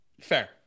Fair